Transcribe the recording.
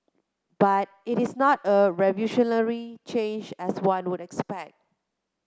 but it is not a revolutionary change as one would expect